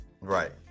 Right